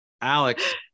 Alex